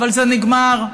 זה נגמר.